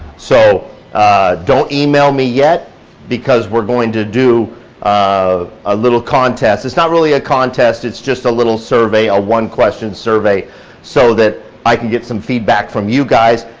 so don't email me yet because we're going to do um a little contest. it's not really a contest. it's just a little survey, a one-question survey so that i can get some feedback from you guys.